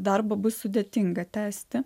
darbą bus sudėtinga tęsti